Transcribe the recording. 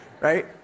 right